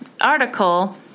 article